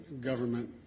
government